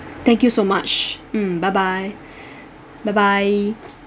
thank you so much mm bye bye bye bye